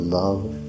love